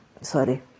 Sorry